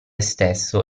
stesso